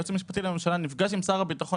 היועץ המשפטי לממשלה נפגש עם שר הביטחון